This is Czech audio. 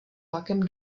vlakem